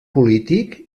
polític